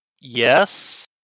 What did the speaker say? Yes